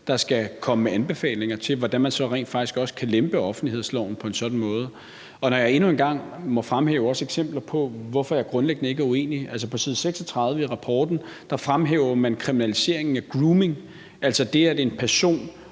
der skal komme med anbefalinger til, hvordan man så rent faktisk kan lempe offentlighedsloven på en sådan måde. Endnu en gang må jeg fremhæve eksempler på, hvorfor jeg grundlæggende ikke er enig. På side 36 i rapporten fremhæver man kriminaliseringen af grooming – altså det, at en person